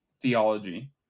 theology